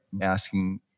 asking